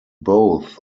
both